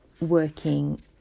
working